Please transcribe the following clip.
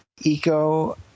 Eco